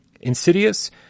Insidious